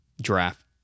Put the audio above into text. Draft